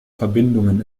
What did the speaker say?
verbindungen